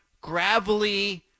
gravelly